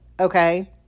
okay